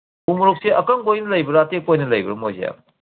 ꯎ ꯃꯣꯔꯣꯛꯇꯤ ꯑꯀꯪꯕ ꯑꯣꯏꯅ ꯂꯩꯕ꯭ꯔꯥ ꯑꯇꯦꯛꯄ ꯑꯣꯏꯅ ꯂꯩꯕ꯭ꯔꯥ ꯃꯣꯏꯁꯦ